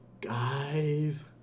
Guys